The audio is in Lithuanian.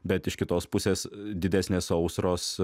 bet iš kitos pusės didesnės sausros